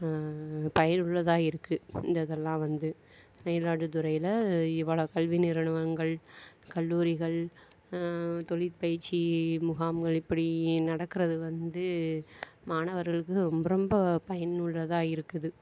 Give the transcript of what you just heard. பயனுள்ளதாக இருக்குது இந்த இதெல்லாம் வந்து மயிலாடுதுறையில் இவ்ளோ கல்வி நிறுவனங்கள் கல்லூரிகள் தொழிற்பயிற்சி முகாம்கள் இப்படி நடக்கிறது வந்து மாணவர்களுக்கு ரொம்ப ரொம்ப பயனுள்ளதாக இருக்குது